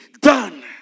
done